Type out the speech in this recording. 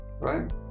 Right